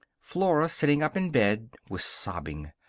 flora, sitting up in bed, was sobbing.